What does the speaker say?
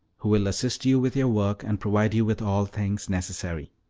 who will assist you with your work and provide you with all things necessary.